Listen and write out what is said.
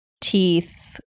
teeth